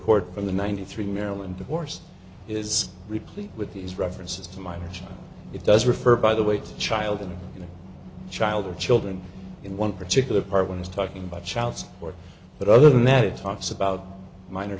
court from the ninety three maryland divorce is replete with these references to minors it does refer by the way child and child or children in one particular part when he's talking about child support but other than that it talks about minor